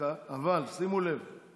מבצעיות לפני הכול,